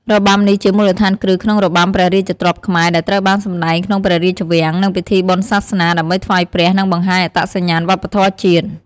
របាំនេះជាមូលដ្ឋានគ្រឹះក្នុងរបាំព្រះរាជទ្រព្យខ្មែរ ដែលត្រូវបានសម្តែងក្នុងព្រះរាជវាំង និងពិធីបុណ្យសាសនា ដើម្បីថ្វាយព្រះ និងបង្ហាញអត្តសញ្ញាណវប្បធម៌ជាតិ។